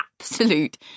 absolute